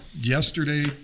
yesterday